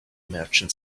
merchant